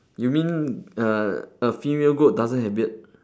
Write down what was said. you mean a a female goat doesn't have beard